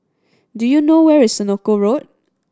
do you know where is Senoko Road